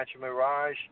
Mirage